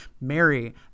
Mary